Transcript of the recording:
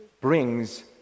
brings